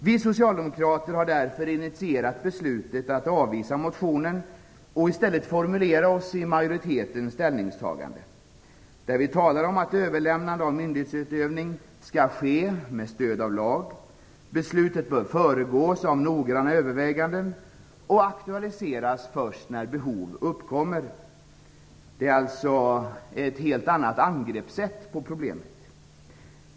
Vi socialdemokrater har därför initierat beslutet att avvisa motionen och i stället formulerat majoritetens ställningstagande. Där talar vi om att överlämnande av myndighetsutövning skall ske med stöd av lag. Beslutet bör föregås av noggranna överväganden och aktualiseras först när behov uppstår. Det är alltså ett helt annat angreppssätt på problemet.